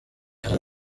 hari